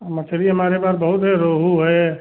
हं मछरी हमारे पास बहुत है रोहू है